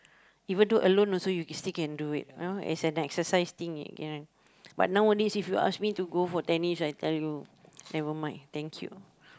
even though alone also you can still can do it you know as an exercise thing you can but nowadays if you ask me to go for tennis I tell you never mind thank you